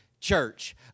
church